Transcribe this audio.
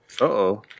uh-oh